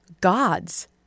God's